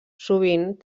sovint